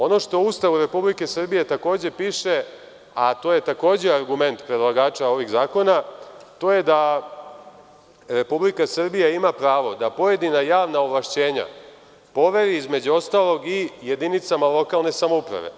Ono što takođe u Ustavu Republike Srbije piše, a to je takođe argument predlagača ovih zakona, to je da Republika Srbija ima pravo da pojedina javna ovlašćenja poveri između ostalog i jedinicama lokalne samouprave.